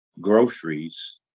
groceries